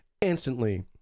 instantly